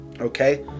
okay